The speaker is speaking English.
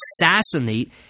assassinate